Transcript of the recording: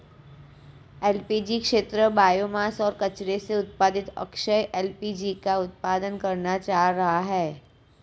LPG क्षेत्र biomass और कचरे से उत्पादित अक्षय एल.पी.जी का उत्पादन करना चाह रहा है